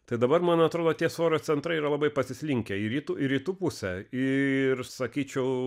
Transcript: tai dabar man atrodo tie svorio centrai yra labai pasislinkę į rytų rytų pusę ir sakyčiau